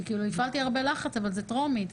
כי הפעלתי הרבה לחץ אבל זו קריאה טרומית.